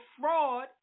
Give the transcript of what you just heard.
fraud